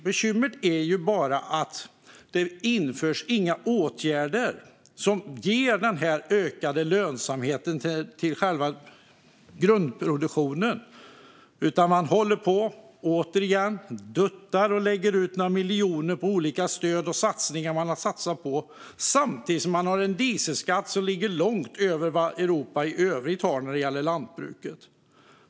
Bekymret är bara att det inte införs några åtgärder som ger ökad lönsamhet till själva grundproduktionen, utan man håller återigen på och duttar och lägger ut några miljoner på olika stöd och satsningar. Samtidigt har man en dieselskatt som ligger långt över vad Europa i övrigt har när det gäller lantbruket.